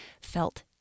felt